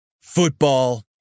Football